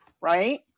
right